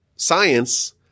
Science